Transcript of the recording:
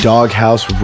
Doghouse